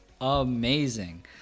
amazing